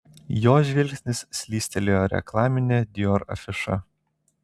jo žvilgsnis slystelėjo reklamine dior afiša